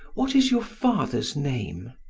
what is your father's name?